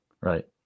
Right